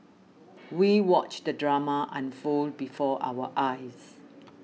we watched the drama unfold before our eyes